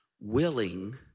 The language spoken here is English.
willing